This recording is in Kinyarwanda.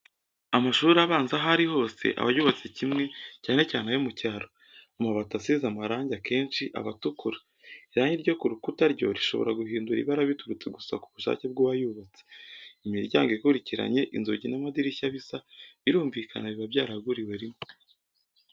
Amashuri abanza aho ari hose aba yubatse kimwe cyane cyane ayo mu cyaro, amabati asize amarangi akenshi aba atukura, irangi ryo ku rukuta ryo rishobora guhindura ibara biturutse gusa ku bushake bw'uwayubatse, imiryango ikurikiranye, inzugi n'amadirishya bisa, birumvikana biba byaraguriwe rimwe.